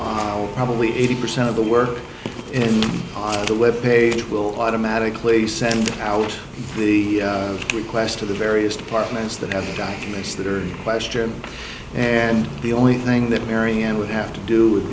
on probably eighty percent of the work in on the web page will automatically send out the requests to the various departments that have missed question and the only thing that mary ann would have to do with